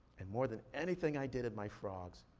and more than anything i did in my frogs,